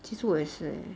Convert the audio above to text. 其实我也是